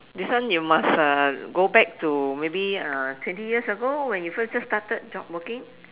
this one you must uh go back to maybe uh twenty years ago when you first just started job working